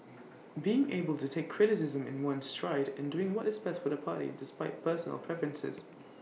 being able to take criticism in one's stride and doing what is best for the party despite personal preferences